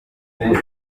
w’u